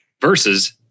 Versus